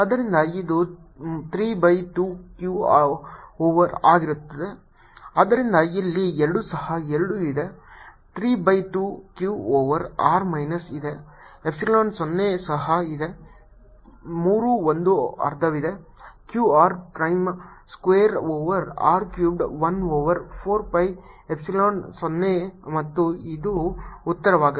ಆದ್ದರಿಂದ ಇದು 3 by 2 Q over R ಆಗಿರುತ್ತದೆ ಆದ್ದರಿಂದ ಇಲ್ಲಿ 2 ಸಹ 2 ಇದೆ 3 by 2 Q over R minus ಇದೆ ಎಪ್ಸಿಲಾನ್ 0 ಸಹ ಇದೆ 3 1 ಅರ್ಧವಿದೆ Q r prime square over R cubed 1 over 4 pi epsilon 0 ಮತ್ತು ಅದು ಉತ್ತರವಾಗಿದೆ